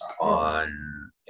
on